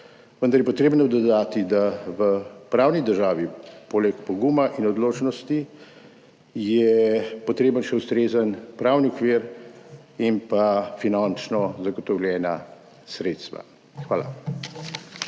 vendar je treba dodati, da je v pravni državi poleg poguma in odločnosti potreben še ustrezen pravni okvir in pa finančno zagotovljena sredstva. Hvala.